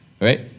right